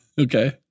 okay